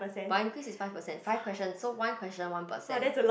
one quiz is five percent five question so one question one percent